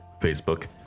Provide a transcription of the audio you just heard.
Facebook